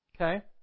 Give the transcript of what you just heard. Okay